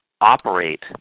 operate